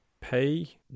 pay